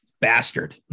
bastard